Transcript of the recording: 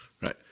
right